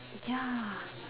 ya